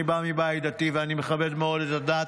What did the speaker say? אני בא מבית דתי ואני מכבד מאוד את הדת